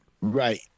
Right